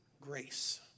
grace